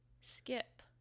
Skip